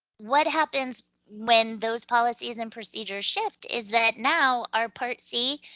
what happens when those policies and procedures shift is that now our part c